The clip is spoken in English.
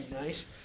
nice